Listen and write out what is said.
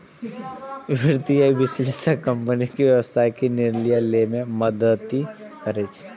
वित्तीय विश्लेषक कंपनी के व्यावसायिक निर्णय लए मे मदति करै छै